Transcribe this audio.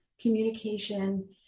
communication